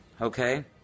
Okay